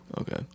Okay